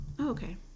okay